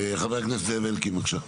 חבר הכנסת זאב אלקין, בבקשה.